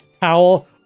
towel